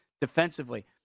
defensively